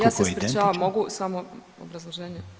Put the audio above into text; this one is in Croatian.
Ja se ispričavam, mogu samo obrazloženje?